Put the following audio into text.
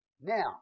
Now